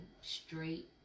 straight